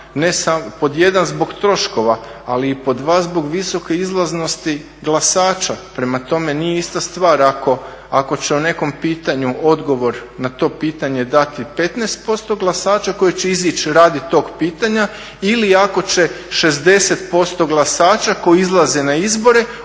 Pod 1 zbog troškova ali i pod 2 zbog visoke izlaznosti glasača. Prema tome, nije ista stvar ako će o nekom pitanju odgovor na to pitanje dati 15% glasača koji će izići radi tog pitanja ili ako će 60% glasača koji izlaze na izbore odgovoriti